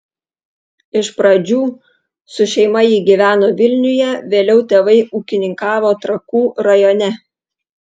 iš pradžių su šeima ji gyveno vilniuje vėliau tėvai ūkininkavo trakų rajone